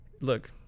look